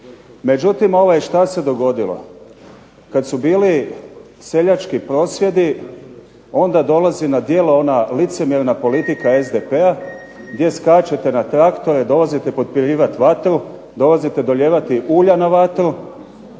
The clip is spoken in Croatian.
Međutim ovaj šta se dogodilo. Kad su bili seljački prosvjedi onda dolazi na djelo ona licemjerna politika SDP-a gdje skačete na traktore, dolazite potpirivat vatru, dolazite dolijevati ulja na vatru